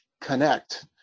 connect